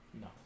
No